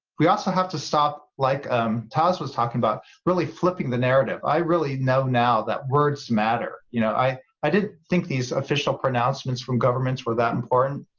we also have to stop like um taz was talking about, really flipping the narrative. i really know now that words matter, you know, i i didn't think these official pronouncements from governments were that important,